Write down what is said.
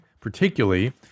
particularly